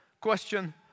question